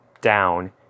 down